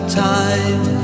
time